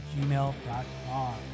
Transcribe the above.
gmail.com